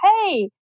hey